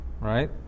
right